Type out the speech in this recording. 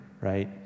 right